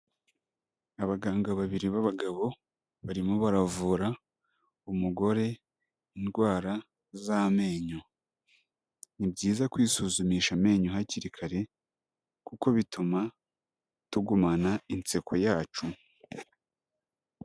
Abaganga babiri b'abagabo barimo baravura umugore indwara z'amenyo, ni byiza kwisuzumisha amenyo hakiri kare kuko bituma tugumana inseko yacu.